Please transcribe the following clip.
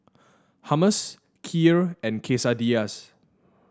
Hummus Kheer and Quesadillas